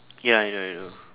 ya I know I know